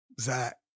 Zach